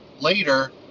later